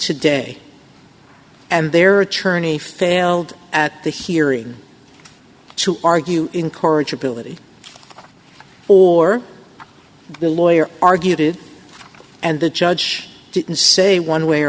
today and there are czerny failed at the hearing to argue encourage ability or the lawyer argued it and the judge didn't say one way or